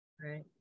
right